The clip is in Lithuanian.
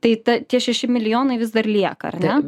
tai ta tie šeši milijonai vis dar lieka ar ne